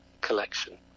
collection